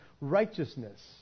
righteousness